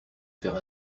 faire